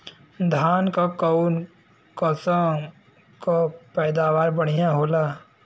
धान क कऊन कसमक पैदावार बढ़िया होले?